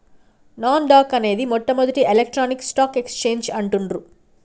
నాస్ dock అనేది మొట్టమొదటి electronic stock exchange అంటుండ్రు